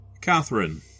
Catherine